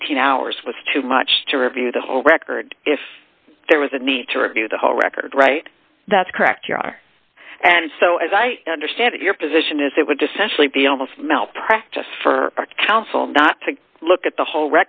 eighteen hours was too much to review the whole record if there was a need to review the whole record right that's correct your honor and so as i understand it your position is it would just be almost malpractise for counsel not to look at the whole